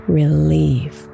relief